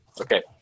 okay